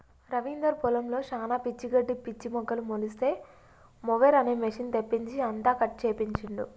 రవీందర్ పొలంలో శానా పిచ్చి గడ్డి పిచ్చి మొక్కలు మొలిస్తే మొవెర్ అనే మెషిన్ తెప్పించి అంతా కట్ చేపించిండు